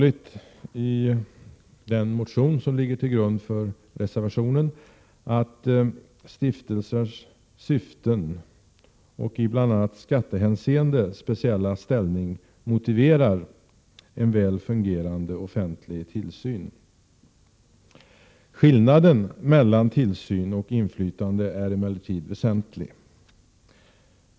I den motion som ligger till grund för reservationen har vi framhållit att stiftelsers syften och i bl.a. skattehänseende speciella ställning motiverar en väl fungerande offentlig tillsyn. Skillnaden mellan tillsyn och inflytande är emellertid väsentlig.